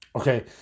Okay